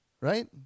right